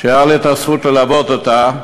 שהייתה לי הזכות ללוות אותה,